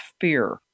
fear